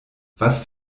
was